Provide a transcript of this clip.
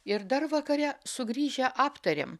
ir dar vakare sugrįžę aptarėm